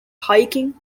hiking